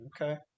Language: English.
okay